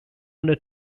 ohne